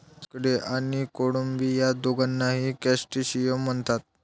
खेकडे आणि कोळंबी या दोघांनाही क्रस्टेशियन म्हणतात